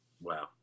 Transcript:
Wow